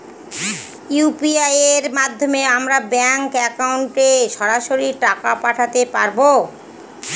UPI এর মাধ্যমে আমরা ব্যাঙ্ক একাউন্টে সরাসরি টাকা পাঠাতে পারবো?